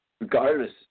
regardless